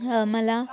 मला